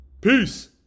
Peace